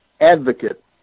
advocate